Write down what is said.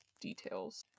details